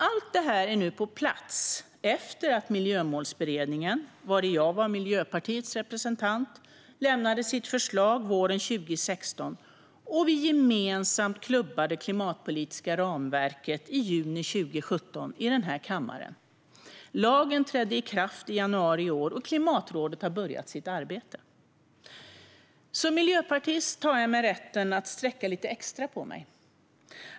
Allt detta är nu på plats efter att Miljömålsberedningen, vari jag var Miljöpartiets representant, lämnade sitt förslag våren 2016 och vi gemensamt klubbade det klimatpolitiska ramverket i juni 2017 i denna kammare. Lagen trädde i kraft i januari i år, och Klimatrådet har börjat sitt arbete. Som miljöpartist tar jag mig rätten att sträcka lite extra på mig.